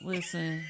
Listen